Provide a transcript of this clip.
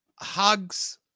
Hugs